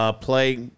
play